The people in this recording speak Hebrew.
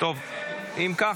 אם כך,